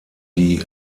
die